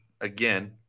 again